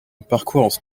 parcours